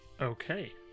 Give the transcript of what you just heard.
Okay